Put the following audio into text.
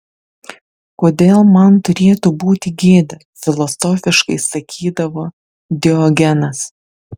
kodėl man turėtų būti gėda filosofiškai sakydavo diogenas